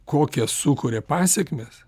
kokias sukuria pasekmes